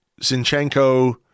Zinchenko